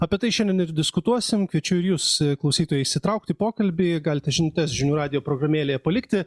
apie tai šiandien ir diskutuosim kviečiu ir jus klausytojai įsitraukti į pokalbį galite žinutes žinių radijo programėlėje palikti